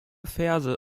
verse